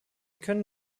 können